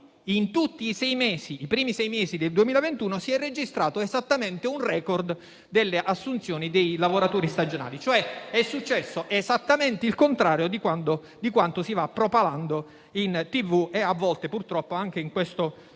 contratti: nei primi sei mesi del 2021, si è registrato esattamente un *record* delle assunzioni dei lavoratori stagionali, cioè esattamente il contrario di quanto si va propalando in tv e a volte, purtroppo, anche in questo Parlamento.